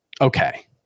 okay